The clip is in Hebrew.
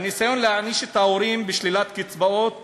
הניסיון להעניש את ההורים בשלילת קצבאות